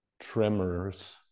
tremors